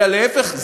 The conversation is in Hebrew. אלא להפך,